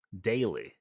daily